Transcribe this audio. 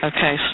Okay